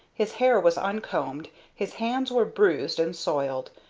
his hair was uncombed, his hands were bruised and soiled,